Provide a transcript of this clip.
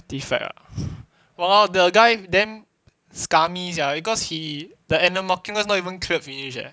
artefacts ah !walao! the guy damn scar me sia because he the marking not even cleared finish eh